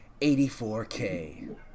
84K